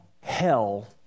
hell